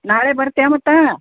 ನಾಳೆ ಬರ್ತಿಯಾ ಮತ್ತ